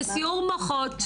בסיעור מוחות,